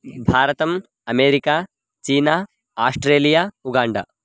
भारतम् अमेरिका चीना आष्ट्रेलिया उगाण्डा